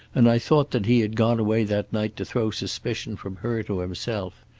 and i thought that he had gone away that night to throw suspicion from her to himself.